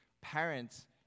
Parents